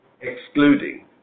excluding